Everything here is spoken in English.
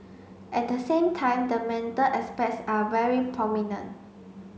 at the same time the mental aspects are very prominent